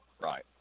right